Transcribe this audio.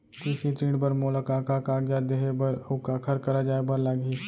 कृषि ऋण बर मोला का का कागजात देहे बर, अऊ काखर करा जाए बर लागही?